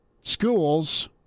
schools